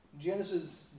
Genesis